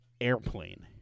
airplane